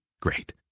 Great